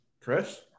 Chris